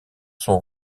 son